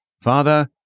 Father